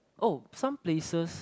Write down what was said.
oh some places